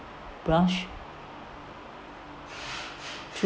brush